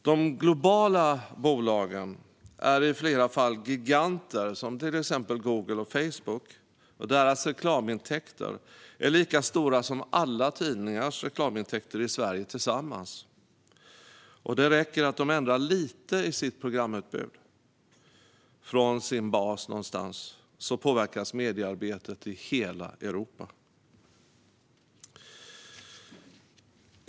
De globala bolagen är i flera fall giganter, som till exempel Google och Facebook. Deras reklamintäkter är lika stora som alla tidningars reklamintäkter i Sverige tillsammans. Det räcker att de ändrar lite i sitt programutbud från sin bas någonstans så påverkas mediearbetet i hela Europa.